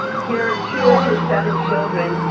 here are two of his seven children.